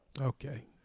Okay